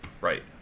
Right